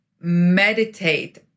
meditate